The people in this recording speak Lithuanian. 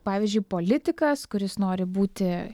pavyzdžiui politikas kuris nori būti